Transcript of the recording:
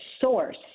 source